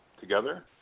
together